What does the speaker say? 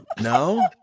No